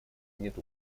нет